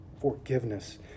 Forgiveness